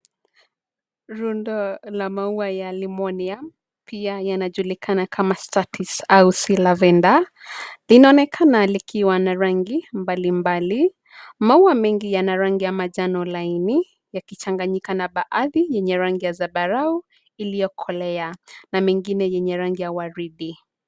Rundo la maua ya Limonium pia yanajulikana kama Statice au Sea Lavender linaonekana likiwa na rangi mbalimbali. Maua mengi yana rangi ya manjano laini yakichanganyika na baadhi yenye rangi ya zambarau iliyokolea na mengine yenye rangi ya waridi.